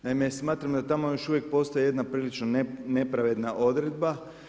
Naime, smatram da tamo još uvijek postoji jedna prilično nepravedna odredba.